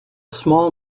small